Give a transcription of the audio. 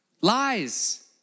lies